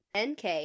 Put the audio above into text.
NK